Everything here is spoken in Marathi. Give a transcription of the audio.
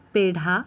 पेढा